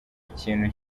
ikintu